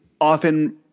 often